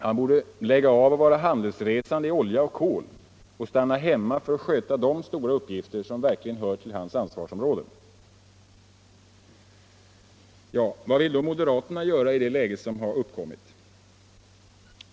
Han borde lägga av att vara handelsresande i olja och kol och stanna hemma för att sköta de stora uppgifter som verkligen hör till hans ansvarsområde. Vad vill då moderaterna göra i det läge som uppkommit?